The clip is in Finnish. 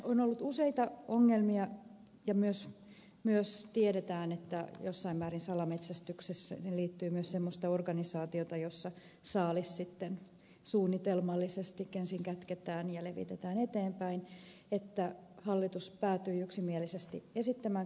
on ollut useita ongelmia ja myös tiedetään että jossain määrin salametsästykseen liittyy myös semmoista organisaatiota jossa saalis suunnitelmallisesti ensin kätketään ja levitetään eteenpäin joten hallitus päätyi yksimielisesti esittämään kyseistä esitystä